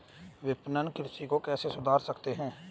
विपणन कृषि को कैसे सुधार सकते हैं?